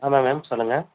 hello ma'am சொல்லுங்கள்